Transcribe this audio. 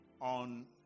on